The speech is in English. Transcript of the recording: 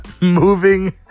moving